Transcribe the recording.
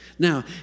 Now